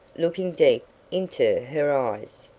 looking deep into her eyes,